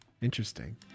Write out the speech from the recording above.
Interesting